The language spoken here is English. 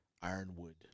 ironwood